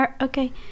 okay